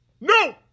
No